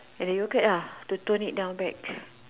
and the yogurt ah to tone it down back